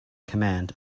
command